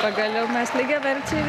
pagaliau mes lygiaverčiai